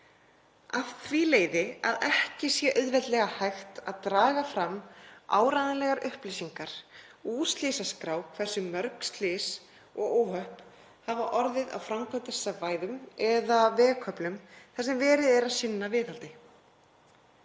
Af því leiði að ekki sé auðveldlega hægt að draga fram áreiðanlegar upplýsingar úr slysaskrá um það hversu mörg slys og óhöpp hafa orðið á framkvæmdasvæðum eða vegköflum þar sem verið er að sinna viðhaldi